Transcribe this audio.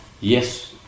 yes